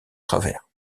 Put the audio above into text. travers